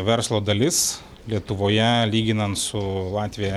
verslo dalis lietuvoje lyginant su latvija